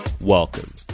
Welcome